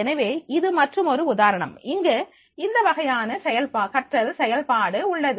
எனவே இது மற்றொரு உதாரணம் இங்கு இந்த வகையான கற்றல் செயல்பாடு உள்ளது